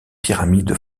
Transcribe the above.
pyramide